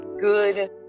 good